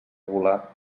volar